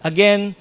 Again